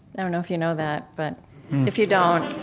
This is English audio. know know if you know that, but if you don't,